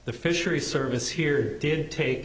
the fishery service here did take